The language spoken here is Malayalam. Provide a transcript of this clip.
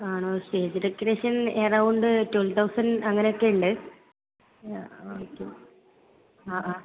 ആണോ stage decoration around twelve thousand അങ്ങനെയൊക്കെ ഉണ്ട് ഓക്കേ ആ ആ